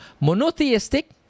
monotheistic